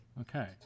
Okay